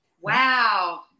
wow